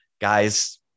guys